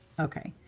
ok.